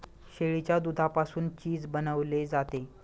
शेळीच्या दुधापासून चीज बनवले जाते